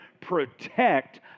protect